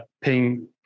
Ping